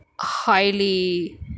highly